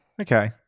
Okay